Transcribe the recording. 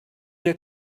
der